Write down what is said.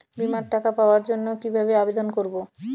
বিমার টাকা পাওয়ার জন্য কিভাবে আবেদন করব?